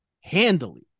handily